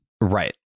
Right